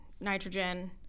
nitrogen